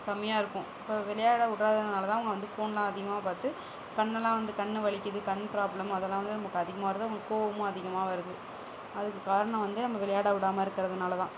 கம்மியாக இருக்கும் இப்போ விளையாட விட்றாதனால தான் அவங்க வந்து ஃபோன்லாம் அதிகமாக பார்த்து கண்ணெல்லாம் வந்து கண்ணு வலிக்குது கண் ப்ராப்ளம் அதெல்லாம் வந்து நமக்கு அதிகமாக வருது அவங்களுக்கு கோவமும் அதிகமாக வருது அதுக்கு காரணம் வந்து நம்ம விளையாட விடாம இருக்கிறதுனால தான்